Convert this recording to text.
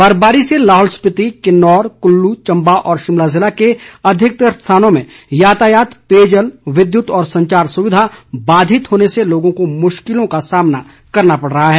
बर्फबारी से लाहौल स्पिति किन्नौर कुल्लू चंबा और शिमला जिले के अधिकतर स्थानों में यातायात पेयजल विद्युत व संचार सुविधा बाधित होने से लोगों को मुश्किलों का सामना करना पड़ रहा है